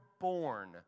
born